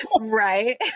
Right